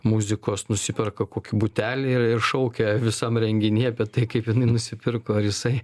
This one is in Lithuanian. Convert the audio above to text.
muzikos nusiperka kokį butelį ir ir šaukia visam renginyje apie tai kaip jinai nusipirko ar jisai